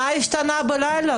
מה השתנה בן לילה?